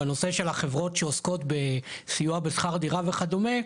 בנושא של החברות שעוסקות בסיוע בשכר דירה וכדומה,